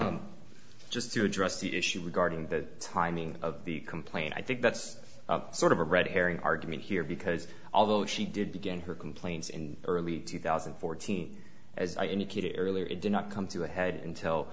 you just to address the issue regarding the timing of the complaint i think that's sort of a red herring argument here because although she did begin her complaints in early two thousand and fourteen as i indicated earlier it did not come to a head until